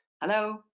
Hello